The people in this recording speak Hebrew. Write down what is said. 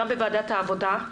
גם בוועדת העבודה,